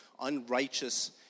unrighteous